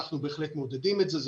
בהחלט מעודדים את זה.